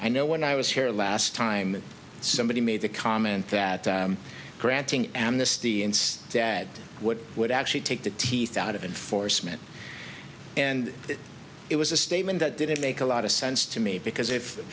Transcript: i know when i was here last time somebody made the comment that granting amnesty instead what would actually take the teeth out of enforcement and it was a statement that didn't make a lot of sense to me because if